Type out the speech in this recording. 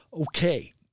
okay